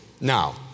Now